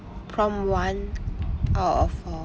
prompt one of uh